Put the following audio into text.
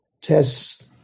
tests